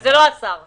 וזה לא שר הבריאות,